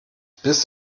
biss